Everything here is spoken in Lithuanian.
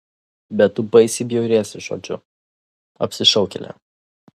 bet tu baisiai bjauriesi žodžiu apsišaukėlė